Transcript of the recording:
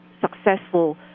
successful